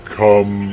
come